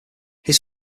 his